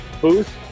Booth